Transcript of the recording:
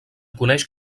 coneix